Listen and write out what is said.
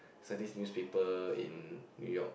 is like this newspaper in New York